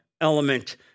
element